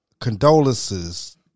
condolences